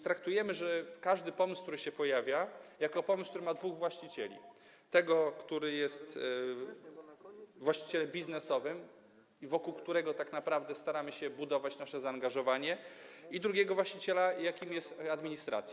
Traktujemy każdy pomysł, który się pojawia, jako pomysł, który ma dwóch właścicieli: tego, który jest właścicielem biznesowym i wokół którego tak naprawdę staramy się budować nasze zaangażowanie, i drugiego właściciela, jakim jest administracja.